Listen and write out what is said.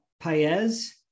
Paez